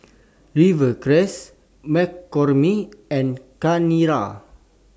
Rivercrest McCormick and Chanira